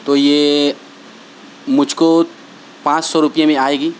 تو یہ مجھ کو پانچ سو روپیے میں آئے گی